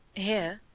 here?